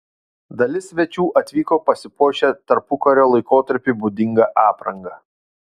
dalis svečių atvyko pasipuošę tarpukario laikotarpiui būdinga apranga